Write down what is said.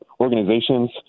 organizations